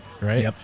right